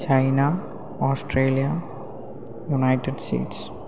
China Australia United States